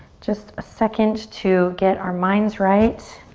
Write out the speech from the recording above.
just a second to get our minds right.